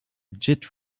git